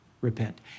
repent